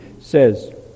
says